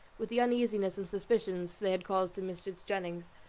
with the uneasiness and suspicions they had caused to mrs. jennings,